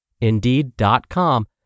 Indeed.com